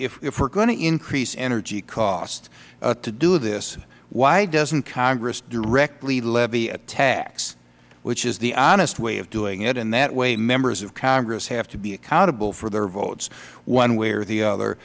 honest if we're going to increase energy costs to do this why doesn't congress directly levy a tax which is the honest way of doing it and that way members of congress have to be accountable for their votes one way or the other